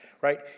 right